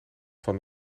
van